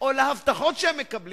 ותחושותיהם קשות